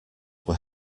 were